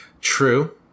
true